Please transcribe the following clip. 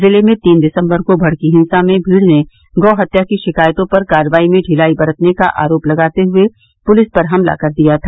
जिले में तीन दिसंबर को भड़की हिंसा में भीड़ ने गौ हत्या की शिकायतों पर कार्रवाई में ढिलाई बरतने का आरोप लगाते हुए पुलिस पर हमला कर दिया था